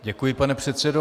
Děkuji, pane předsedo.